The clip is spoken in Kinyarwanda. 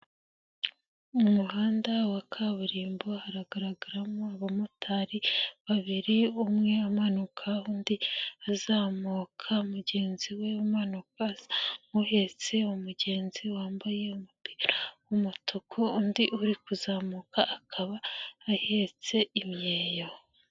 Mu muhanda wa kaburimbo haragaragaramo abamotari babiri umwe amanuka undi azamuka, mugenzi we amanuka as nk'uhetse umugenzi wambaye umupira w'umutuku undi uri kuzamuka akaba ahetse imyeyo.